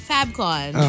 Fabcon